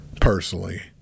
personally